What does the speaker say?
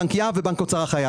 בבנק יהב ובבנק אוצר החייל.